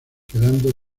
quedando